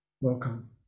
welcome